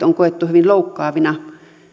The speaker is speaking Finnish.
on koettu hyvin loukkaavina